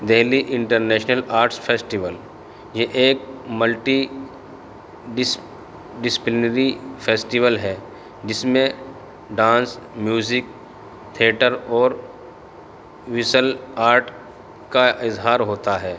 Delhi international arts festival یہ ایک multi ڈسپ ڈسپلنری فیسٹول ہے جس میں ڈانس میوزک تھیٹر اور وسل آرٹ کا اظہار ہوتا ہے